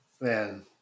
Man